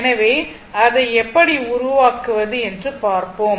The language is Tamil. எனவே அதை எப்படி உருவாக்குவது என்று பார்ப்போம்